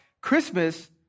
Christmas